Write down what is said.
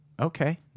Okay